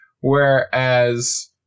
Whereas